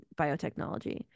biotechnology